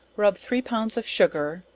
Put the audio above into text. rub three pounds of sugar,